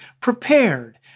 prepared